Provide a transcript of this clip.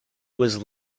was